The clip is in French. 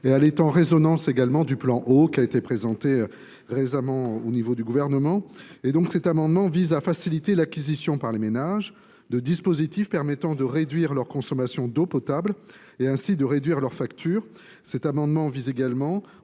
entrent en résonance avec le plan eau qui a été présenté récemment par le Gouvernement. Il s’agit de faciliter l’acquisition, par les ménages, de dispositifs permettant de réduire leur consommation d’eau potable et, ainsi, de réduire leurs factures. Cet amendement vise également,